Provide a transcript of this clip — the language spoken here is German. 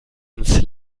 ins